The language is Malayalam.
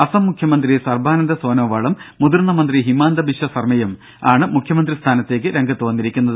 അസം മുഖ്യമന്ത്രി സർബാനന്ദ സോനോവാളും മുതിർന്ന മന്ത്രി ഹിമാന്ദ ബിശ്വ ശർമയും ആണ് മുഖ്യമന്ത്രി സ്ഥാനത്തേക്ക് രംഗത്തുവന്നിരിക്കുന്നത്